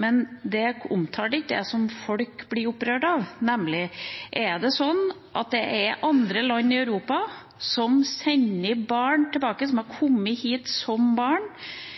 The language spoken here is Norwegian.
men det omtalte ikke det som folk blir opprørt av – er: Er det andre land i Europa som sender barn – barn som har